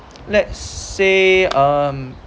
let's say um